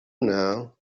now